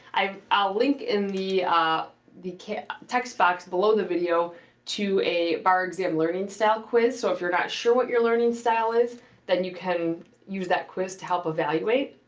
i i'll link in the ah the text box below the video to a bar exam learning style quiz. so, if you're not sure what your learning style is then you can use that quiz to help evaluate.